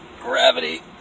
gravity